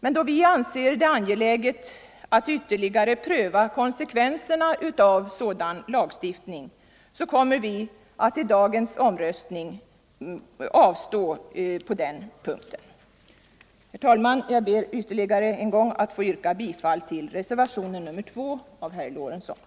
Men då vi anser det angeläget att ytterligare pröva konsekvenserna av sådan lagstiftning kommer vi att vid dagens omröstning avstå från att rösta på den punkten. Herr talman! Jag ber ytterligare en gång att få yrka bifall till reservationen 2 av herr Lorentzon.